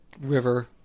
river